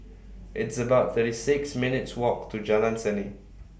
It's about thirty six minutes' Walk to Jalan Seni